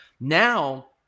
Now